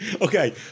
Okay